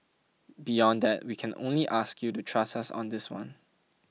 beyond that we can only ask you to trust us on this one